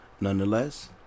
Nonetheless